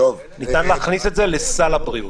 ניתן להכניס את זה לסל הבריאות.